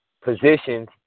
positions